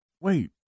Wait